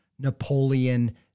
Napoleon